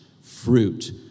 fruit